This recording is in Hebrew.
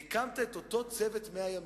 והקמת את אותו צוות 100 הימים,